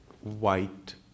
white